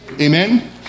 Amen